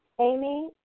Amy